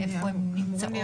איפה הן נמצאות?